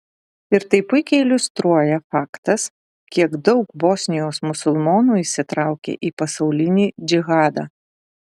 ir tai puikiai iliustruoja faktas kiek daug bosnijos musulmonų įsitraukė į pasaulinį džihadą